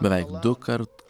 beveik dukart